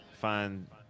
find